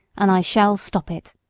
and i shall stop it.